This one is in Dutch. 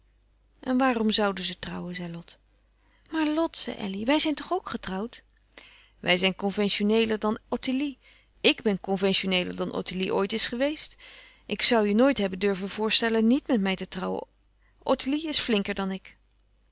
en waarom zouden ze trouwen zei lot maar lot zei elly wij zijn toch ook getrouwd wij zijn conventioneeler dan ottilie ik ben conventioneeler dan ottilie ooit is geweest ik zoû je nooit hebben durven voorlouis couperus van oude menschen de dingen die voorbij gaan stellen nièt met mij te trouwen ottilie is flinker dan ik